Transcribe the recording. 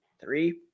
three